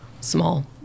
small